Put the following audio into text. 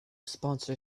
sponsor